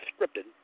scripted